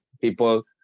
People